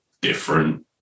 different